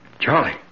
Charlie